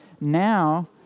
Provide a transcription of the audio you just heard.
Now